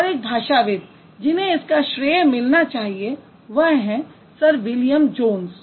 और एक भाषाविद जिन्हें इसका अधिक श्रेय मिलना चाहिए वह हैं सर विलियम जोन्स